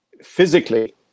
physically